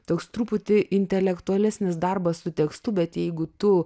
toks truputį intelektualesnis darbas su tekstu bet jeigu tu